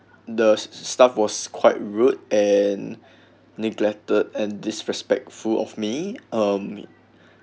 the staff was quite rude and neglected and disrespectful of me um